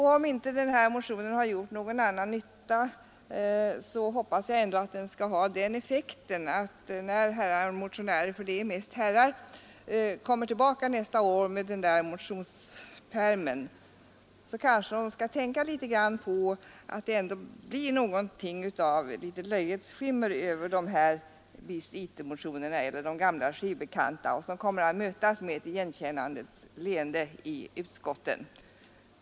Om inte den här motionen har gjort någon annan nytta, så hoppas jag att den skall ha den effekten att när herrar motionärer — för det är mest herrar — kommer tillbaka nästa år med den där motionspärmen, kanske de tänker på att det blir något av ett löjets skimmer över bis iter-motionerna, dessa gamla ”skivbekanta” som kommer att mötas med ett igenkännandets leende i utskotten.